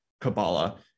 Kabbalah